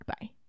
bye